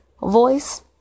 voice